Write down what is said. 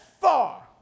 far